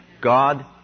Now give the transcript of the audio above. God